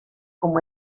como